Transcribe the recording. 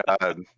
god